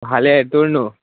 ভালে তোৰনো